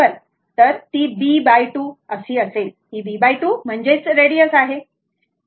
तर ती b2 असेल ही b 2 म्हणजे रेडीएस आहे बरोबर